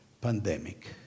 pandemic